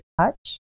touch